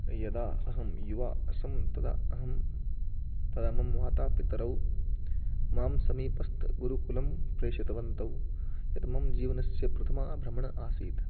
यदा अहं युवा आसं तदा अहं तदा मम माता पितरौ मां समीपस्थगुरुकुलं प्रेषितवन्तौ यद् मम जीवनस्य प्रथमा भ्रमण आसीत्